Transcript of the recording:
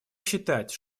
считать